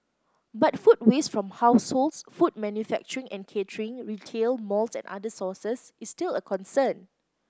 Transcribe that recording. but food waste from households food manufacturing and catering retail malls and other sources is still a concern